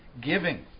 giving